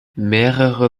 mehrere